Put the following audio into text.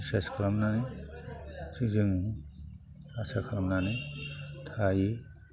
बिसास खालामनानै जे जोङो आसा खालामनानै थायो